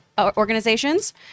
organizations